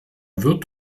wird